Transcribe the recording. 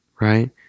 right